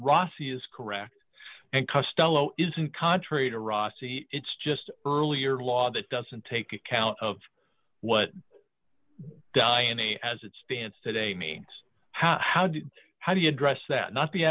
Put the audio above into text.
rossi is correct and costello isn't contrary to raw c it's just earlier law that doesn't take account of what dion a as it stands today means how do you how do you address that not be